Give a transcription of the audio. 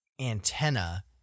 antenna